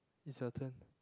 it's your turn